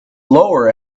lower